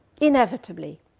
inevitably